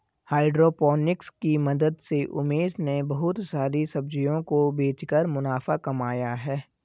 hydroponics की मदद से उमेश ने बहुत सारी सब्जियों को बेचकर मुनाफा कमाया है